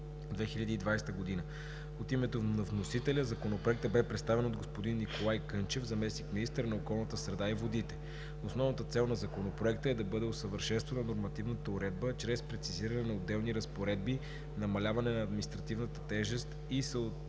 2020 г. От името на вносителя Законопроектът бе представен от господин Николай Кънчев – заместник-министър на околната среда и водите. Основната цел на Законопроекта е да бъде усъвършенствана нормативната уредба чрез прецизиране на отделни разпоредби, намаляване на административната тежест и съотнасяне на